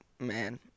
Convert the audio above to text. Man